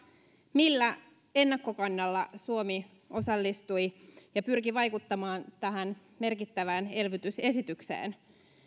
millä ennakkokannalla suomi osallistui ja pyrki vaikuttamaan tähän merkittävään elvytysesitykseen